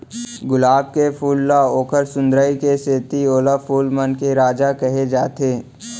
गुलाब के फूल ल ओकर सुंदरई के सेती ओला फूल मन के राजा कहे जाथे